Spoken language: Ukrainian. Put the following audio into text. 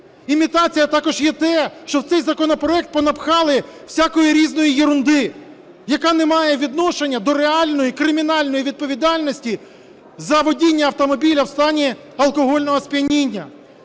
Імітацією також є те, що в цей законопроект понапихали всякої різної єрунди, яка не має відношення до реальної кримінальної відповідальності за водіння автомобіля в стані алкогольного сп’яніння.